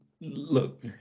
look